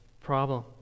problem